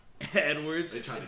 Edwards